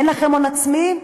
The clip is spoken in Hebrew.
אין לכם הון עצמי?